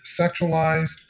sexualized